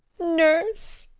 nurse!